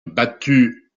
battue